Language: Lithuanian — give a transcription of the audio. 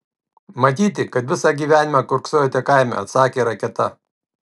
matyti kad visą gyvenimą kiurksojote kaime atsakė raketa